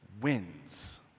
wins